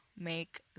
make